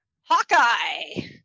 Hawkeye